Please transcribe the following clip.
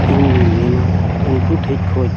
ᱤᱧᱫᱩᱧ ᱢᱮᱱᱟ ᱩᱱᱠᱩ ᱴᱷᱮᱱ ᱠᱷᱚᱱ